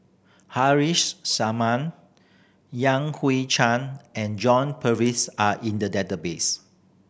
Haresh Sharma Yan Hui Chang and John Purvis are in the database